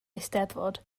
eisteddfod